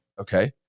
Okay